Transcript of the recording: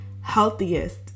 healthiest